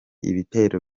ibitero